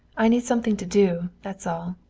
i need something to do, that's all.